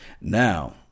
Now